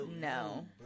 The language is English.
No